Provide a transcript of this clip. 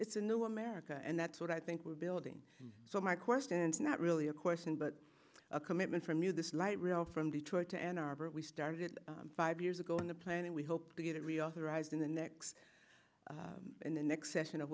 it's a new america and that's what i think we're building so my question is not really a question but a commitment from you this light rail from detroit to ann arbor we started five years ago in the plan and we hope to get it reauthorized in the next in the next session of